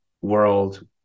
world